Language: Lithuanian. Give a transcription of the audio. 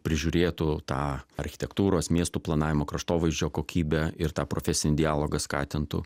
prižiūrėtų tą architektūros miestų planavimo kraštovaizdžio kokybę ir tą profesinį dialogą skatintų